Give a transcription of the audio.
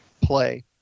play